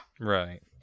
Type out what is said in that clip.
Right